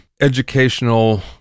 educational